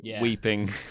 weeping